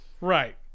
Right